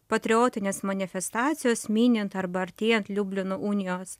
patriotinės manifestacijos minint arba artėjant liublino unijos